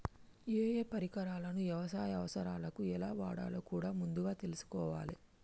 ఏయే పరికరాలను యవసాయ అవసరాలకు ఎలా వాడాలో కూడా ముందుగా తెల్సుకోవాలే